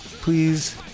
Please